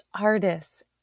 artists